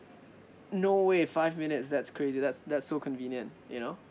no way five minutes that's crazy that's that's so convenient you know